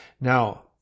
Now